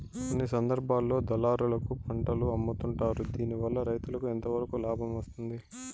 కొన్ని సందర్భాల్లో దళారులకు పంటలు అమ్ముతుంటారు దీనివల్ల రైతుకు ఎంతవరకు లాభం వస్తుంది?